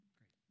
great